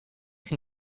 can